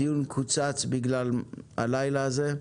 הדיון קוצר בגלל הלילה הזה,